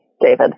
David